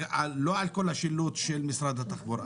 לא על כל השילוט של משרד התחבורה.